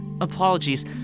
Apologies